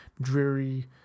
dreary